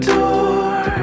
door